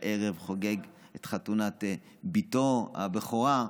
שהערב חוגג את חתונת בתו הבכורה.